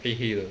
黑黑的